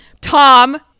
Tom